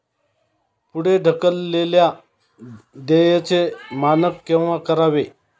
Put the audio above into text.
पुढे ढकललेल्या देयचे मानक केव्हा करावे?